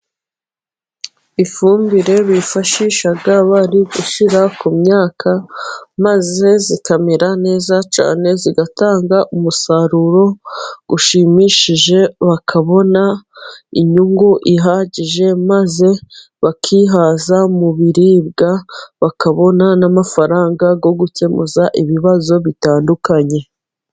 Ifumbire bifashisha bari gushyira ku myaka maze ikamera neza cyane igatanga umusaruro ushimishije, bakabona inyungu ihagije maze bakihaza mu biribwa, bakabona n'amafaranga yo gukemuza ibibazo bitandukanye.